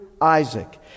Isaac